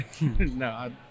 No